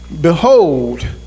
behold